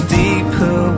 deeper